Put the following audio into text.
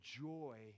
joy